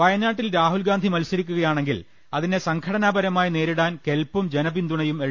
വയനാട്ടിൽ രാഹുൽഗാന്ധി മത്സരിക്കുകയാണെങ്കിൽ അതിനെ സംഘടനാപരമായി നേരിടാൻ കെൽപും ജനപിന്തുണയും എൽ